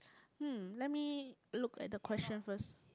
hmm let me look at the question first